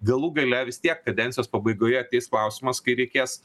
galų gale vis tiek kadencijos pabaigoje ateis klausimas kai reikės